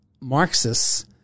Marxists